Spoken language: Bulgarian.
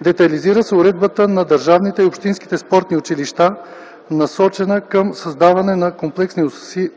Детайлизира се уредбата на държавните и общинските спортни училища, насочена към създаване на комплексни